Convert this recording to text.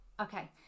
okay